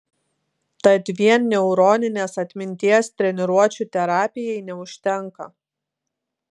tad vien neuroninės atminties treniruočių terapijai neužtenka